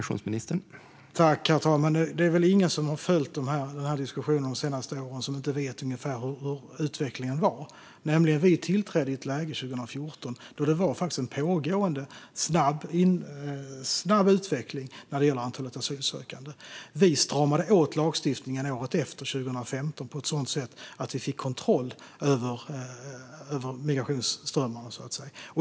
Herr talman! Det är väl ingen som följt den här diskussionen de senaste åren som inte vet ungefär hur utvecklingen var. Vi tillträdde 2014 i ett läge då det var en pågående, snabb utveckling när det gällde antalet asylsökande. Vi stramade åt lagstiftningen året efter, 2015, på ett sådant sätt att vi fick kontroll över migrationsströmmarna.